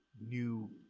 new